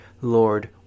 Lord